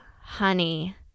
honey